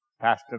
Pastor